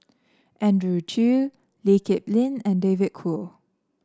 Andrew Chew Lee Kip Lin and David Kwo